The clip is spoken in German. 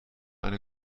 eine